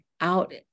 out